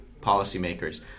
policymakers